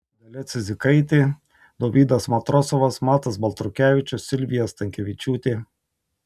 dalia cidzikaitė dovydas matrosovas matas baltrukevičius silvija stankevičiūtė